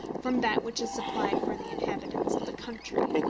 from that which is supplied for the inhabitants of the country.